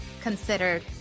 considered